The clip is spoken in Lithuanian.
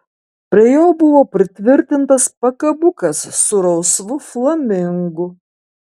prie jo buvo pritvirtintas pakabukas su rausvu flamingu